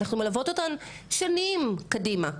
אנחנו מלוות אותן שנים קדימה,